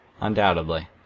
Undoubtedly